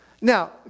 Now